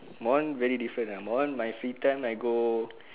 my one very different ah my one my free time I go